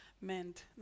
meant